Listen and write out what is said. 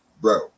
Bro